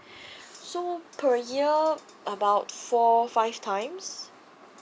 so per year about four five times